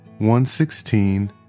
116